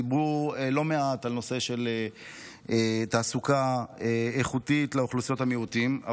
דיברו לא מעט על הנושא של תעסוקה איכותית לאוכלוסיות המיעוטים,